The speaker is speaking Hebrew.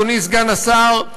אדוני סגן השר,